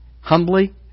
humbly